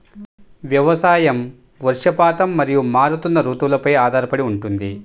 వ్యవసాయం వర్షపాతం మరియు మారుతున్న రుతువులపై ఆధారపడి ఉంటుంది